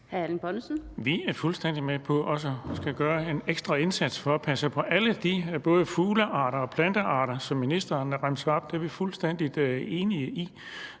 Vi er fuldstændig med på også at skulle gøre en ekstra indsats for at passe på alle de både fuglearter og plantearter, som ministeren remsede op, så det er vi fuldstændig enige i.